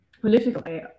political